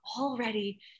already